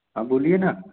हाँ बोलिए ना